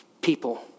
people